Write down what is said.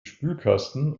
spülkasten